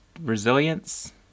resilience